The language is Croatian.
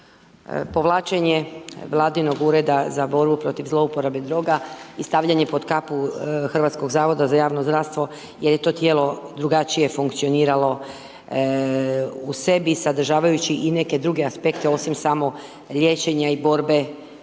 povlačenje vladinog ureda za borbu protiv zlouporabe droga i stavljanje pod kapu Hrvatskog zavoda za javno zdravstvo jer je to tijelo drugačije funkcioniralo, u sebi sadržavajući i neke druge aspekte osim samo liječenja i borbe sa